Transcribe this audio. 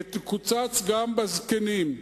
יקוצץ גם בזקנים.